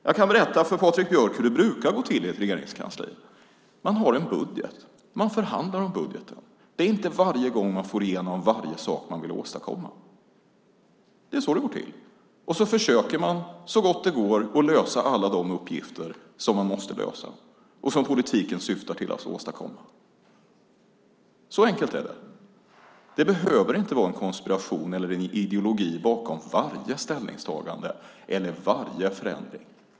Jag kan berätta för Patrik Björck hur det brukar gå till i ett regeringskansli. Man har en budget. Man förhandlar om budgeten. Det är inte varje gång man får igenom varje sak man vill åstadkomma. Det är så det går till. Man försöker så gott det går att lösa alla de uppgifter som man måste lösa. Det är vad politiken syftar till att åstadkomma. Så enkelt är det. Det behöver inte vara en konspiration eller ideologi bakom varje ställningstagande eller förändring.